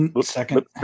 Second